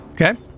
Okay